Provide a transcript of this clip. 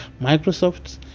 microsoft